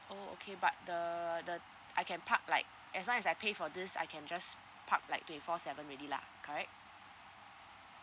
oh okay but the the I can park like as long as I pay for this I can just park like twenty four seven already lah correct